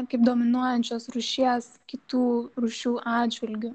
kaip dominuojančios rūšies kitų rūšių atžvilgiu